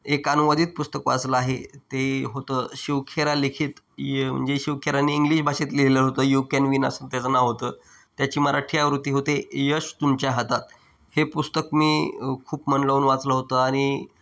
एक अनुवादित पुस्तक वाचलं आहे ते होतं शिव खेरा लिखित य म्हणजे शिव खेराने इंग्लिश भाषेत लिहिलं होतं यू कॅन विन असं त्याचं नाव होतं त्याची मराठी आवृत्ती होते यश तुमच्या हातात हे पुस्तक मी खूप मन लावून वाचलं होतं आणि